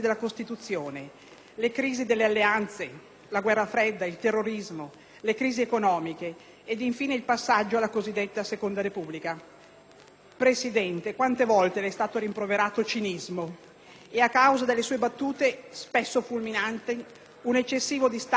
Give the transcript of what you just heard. Le crisi delle alleanze, la guerra fredda, il terrorismo, le crisi economiche, ed infine il passaggio alla cosiddetta seconda Repubblica. Presidente, quante volte le è stato rimproverato cinismo e, a causa delle sue battute spesso fulminanti, un eccessivo distacco dalla realtà.